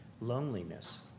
loneliness